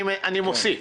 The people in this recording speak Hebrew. אני מוסיף.